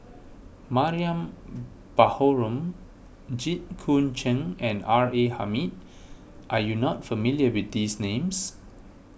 Mariam Baharom Jit Koon Ch'ng and R A Hamid are you not familiar with these names